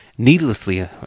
needlessly